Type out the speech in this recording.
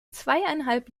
zweieinhalb